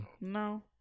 No